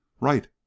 Right